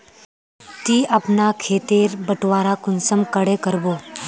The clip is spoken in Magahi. ती अपना खेत तेर बटवारा कुंसम करे करबो?